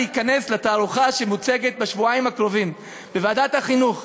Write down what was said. להיכנס לתערוכה שמוצגת בשבועיים הקרובים בוועדת החינוך.